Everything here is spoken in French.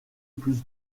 plus